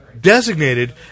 designated